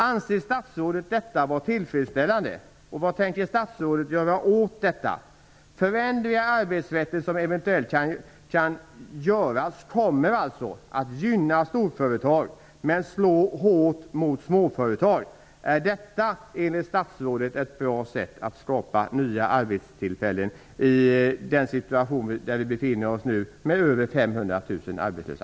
Anser statsrådet detta vara tillfredsställande? Vad tänker statsrådet göra åt detta? De förändringar i arbetsrätten som eventuellt kan göras kommer alltså att gynna storföretag men slå hårt mot småföretag. Är detta enligt statsrådet ett bra sätt att skapa nya arbetstillfällen i den situation där vi befinner oss nu, med över 500 000 arbetslösa?